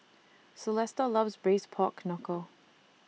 Celesta loves Braised Pork Knuckle